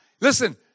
Listen